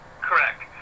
Correct